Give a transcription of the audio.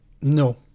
No